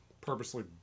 purposely